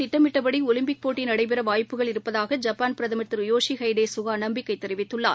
திட்டமிட்டபடிஒலிம்பிக் போட்டிநடைபெறவாய்ப்புகள் ஜூலைமாதம் இருப்பதாக ஜப்பான் பிரதமர் திருயோஷிஹைடேசுகாநம்பிக்கைதெரிவித்துள்ளார்